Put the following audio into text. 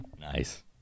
Nice